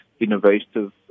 innovative